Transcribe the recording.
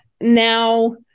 now